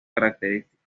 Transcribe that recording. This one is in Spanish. característico